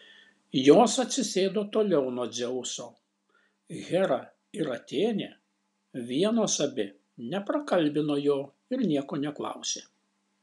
jos atsisėdo toliau nuo dzeuso hera ir atėnė vienos abi neprakalbino jo ir nieko neklausė